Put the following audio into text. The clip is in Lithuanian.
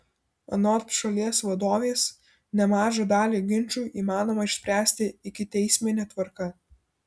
anot šalies vadovės nemažą dalį ginčų įmanoma išspręsti ikiteismine tvarka